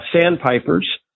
sandpipers